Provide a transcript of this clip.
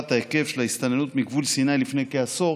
ההיקף של ההסתננות מגבול סיני לפני כעשור